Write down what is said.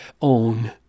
own